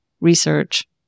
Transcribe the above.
research